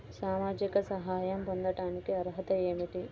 సామాజిక సహాయం పొందటానికి అర్హత ఏమిటి?